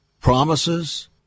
promises